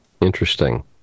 Interesting